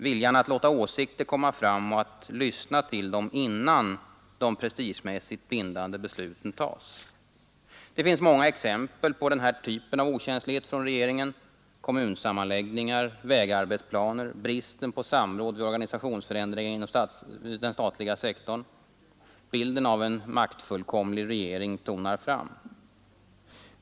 Viljan att låta åsikter komma fram och att lyssna till dem innan de prestigemässigt bindande besluten tas. Det finns många exempel på den här okänsligheten från regeringen: kommunsammanläggningar, vägarbetsplaner, bristen på samråd vid organisationsförändringar inom den statliga sektorn. Bilden av en maktfullkomlig regering tonar fram.